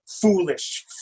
foolish